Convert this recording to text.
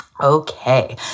Okay